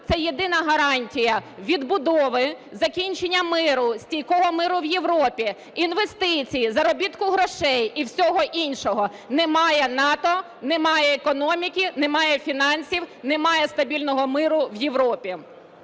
це єдина гарантія відбудови, закінчення…, стійкого миру в Європі, інвестиції, заробітку грошей і всього іншого. Немає НАТО – немає економіки, немає фінансів, немає стабільного миру в Європі.